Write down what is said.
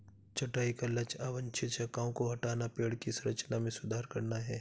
छंटाई का लक्ष्य अवांछित शाखाओं को हटाना, पेड़ की संरचना में सुधार करना है